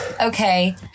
okay